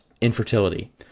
infertility